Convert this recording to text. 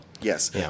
Yes